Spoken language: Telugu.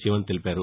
శివన్ తెలిపారు